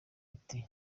ati